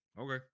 okay